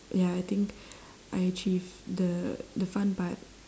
ya I think I achieve the the fun part